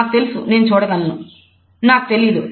నాకు తెలుసు నేను చూడగలను" "నాకు తెలీదు